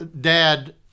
dad